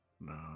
no